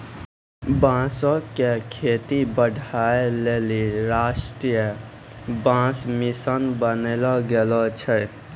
बांसो क खेती बढ़ाय लेलि राष्ट्रीय बांस मिशन बनैलो गेलो छै